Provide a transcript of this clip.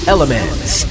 Elements